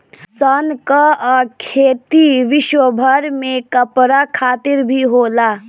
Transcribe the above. सन कअ खेती विश्वभर में कपड़ा खातिर भी होला